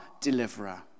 deliverer